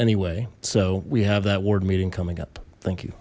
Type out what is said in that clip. anyway so we have that ward meeting coming up thank